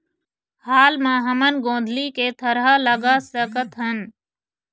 हाल मा हमन गोंदली के थरहा लगा सकतहन?